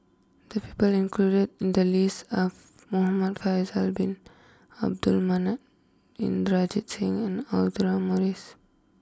the people included in the list are Muhamad Faisal Bin Abdul Manap Inderjit Singh and Audra Morrice